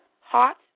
hot